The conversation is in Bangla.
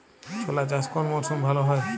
ছোলা চাষ কোন মরশুমে ভালো হয়?